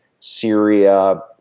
Syria